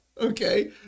Okay